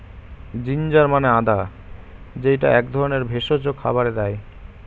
ginger মানে আদা যেইটা এক ধরনের ভেষজ খাবারে দেয়